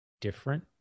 different